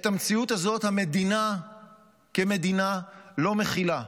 את המציאות הזאת המדינה כמדינה לא מכילה.